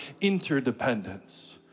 interdependence